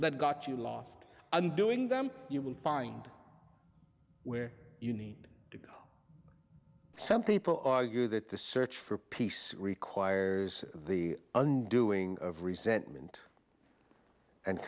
that got you lost and doing them you will find where you need something people argue that the search for peace requires the undoing of resentment and